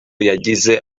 yagize